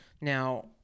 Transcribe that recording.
Now